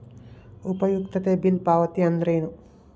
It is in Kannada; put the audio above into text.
ಉಪಯುಕ್ತತೆ ಬಿಲ್ ಪಾವತಿ ಅಂದ್ರೇನು?